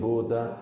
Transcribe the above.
Buddha